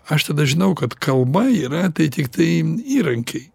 aš tada žinau kad kalba yra tai tiktai įrankiai